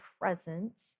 present